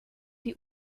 die